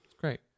Great